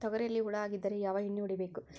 ತೊಗರಿಯಲ್ಲಿ ಹುಳ ಆಗಿದ್ದರೆ ಯಾವ ಎಣ್ಣೆ ಹೊಡಿಬೇಕು?